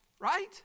right